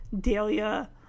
Dahlia